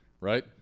right